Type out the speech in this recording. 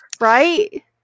Right